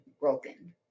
broken